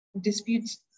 disputes